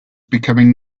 becoming